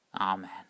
Amen